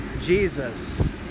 Jesus